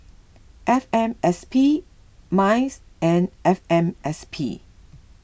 F M S P M I C E and F M S P